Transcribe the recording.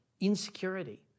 insecurity